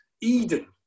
Eden